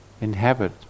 inhabit